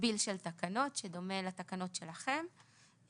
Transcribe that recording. מקביל של תקנות שדומה לתקנות שלכם,